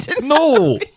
No